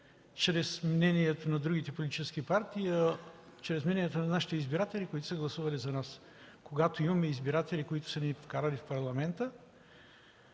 чрез мнението на другите политически партии, а чрез мнението на нашите избиратели, които са гласували за нас. Когато имаме избиратели, които са ни вкарали в Парламента,